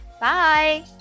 Bye